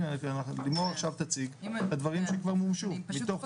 לימור עכשיו תציג את הדברים שכבר מומשו מתוך זה.